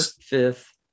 fifth